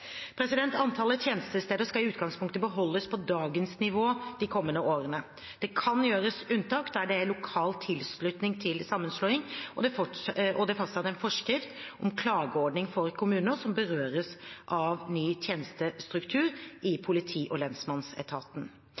Antallet tjenestesteder skal i utgangspunktet beholdes på dagens nivå de kommende årene. Det kan gjøres unntak der det er lokal tilslutning til sammenslåing, og det er fastsatt en forskrift om klageordning for kommuner som berøres av ny tjenestestruktur i politi- og lensmannsetaten.